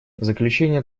заключение